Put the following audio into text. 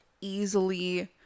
easily